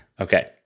Okay